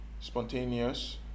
spontaneous